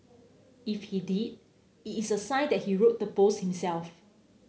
if he did is it's a sign that he wrote the post himself